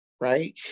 right